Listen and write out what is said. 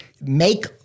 make